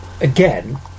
again